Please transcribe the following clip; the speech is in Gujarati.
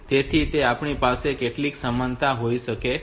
તેથી તે રીતે આપણી પાસે કેટલીક સમાનતા પણ હોઈ શકે છે